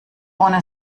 ohne